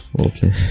okay